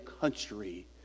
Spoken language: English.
country